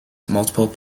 multiple